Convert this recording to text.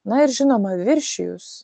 na ir žinoma viršijus